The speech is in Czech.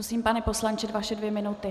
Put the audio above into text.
Prosím, pane poslanče, vaše dvě minuty.